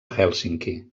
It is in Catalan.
hèlsinki